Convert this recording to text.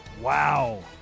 Wow